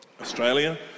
Australia